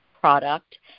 product